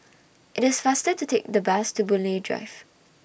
IT IS faster to Take The Bus to Boon Lay Drive